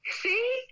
See